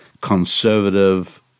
conservative